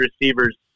receivers